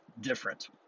different